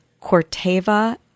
Corteva